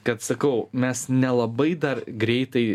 kad sakau mes nelabai dar greitai